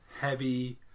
heavy